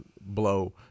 blow